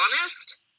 honest